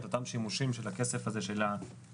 אותם שימושים של הכסף הזה של ה-2.45%,